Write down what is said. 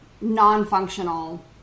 non-functional